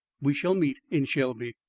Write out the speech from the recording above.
we shall meet in shelby.